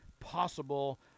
possible